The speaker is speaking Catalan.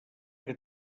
que